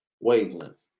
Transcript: wavelength